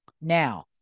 Now